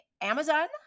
Amazon